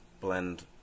blend